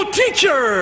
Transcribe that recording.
teacher